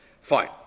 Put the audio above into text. Fine